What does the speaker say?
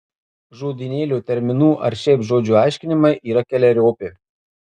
žodynėlio terminų ar šiaip žodžių aiškinimai yra keleriopi